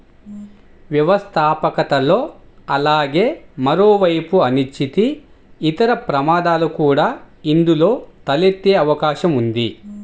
వ్యవస్థాపకతలో అలాగే మరోవైపు అనిశ్చితి, ఇతర ప్రమాదాలు కూడా ఇందులో తలెత్తే అవకాశం ఉంది